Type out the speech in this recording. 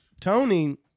Tony